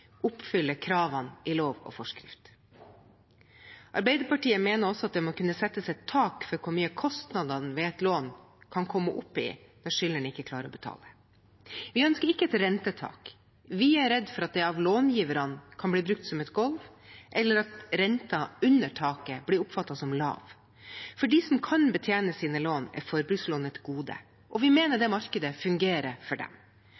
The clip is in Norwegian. kravene i lov og forskrift. Arbeiderpartiet mener også det må kunne settes et tak for hvor mye kostnadene ved et lån kan komme opp i, når skyldneren ikke klarer å betale. Vi ønsker ikke et rentetak. Vi er redd for at det av långiverne kan bli brukt som et gulv, eller at renter under taket blir oppfattet som lave. For dem som kan betjene sine lån, er forbrukslån et gode, og vi mener markedet fungerer for dem.